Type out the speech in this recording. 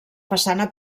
façana